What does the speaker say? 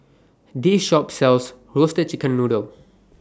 This Shop sells Roasted Chicken Noodle